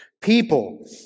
people